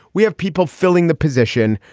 we have people filling the position.